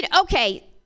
Okay